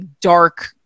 dark